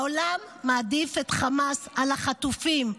העולם מעדיף את חמאס על החטופים,